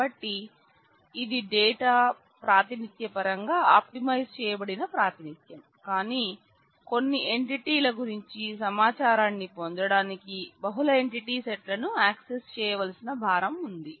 కాబట్టి ఇది డేటా ప్రాతినిధ్య పరంగా ఆప్టిమైజ్ చేయబడిన ప్రాతినిధ్యం కానీ కొన్ని ఎంటిటీల గురించి సమాచారాన్ని పొందడానికి బహుళ ఎంటిటీ సెట్లను యాక్సెస్ చేయవలసిన భారం ఉంది